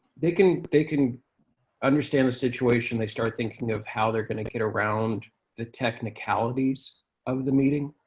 they can they can understand the situation. they start thinking of how they're going to get around the technicalities of the meeting.